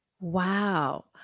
Wow